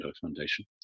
Foundation